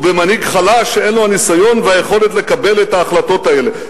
או במנהיג חלש שאין לו הניסיון והיכולת לקבל את ההחלטות האלה?